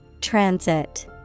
Transit